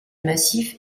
massif